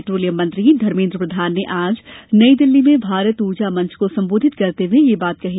petroleum मंत्री धर्मेन्द्र प्रधान ने आज नई दिल्ली में भारत ऊर्जा मंच को संबोधित करते हुए यह बात कही